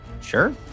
Sure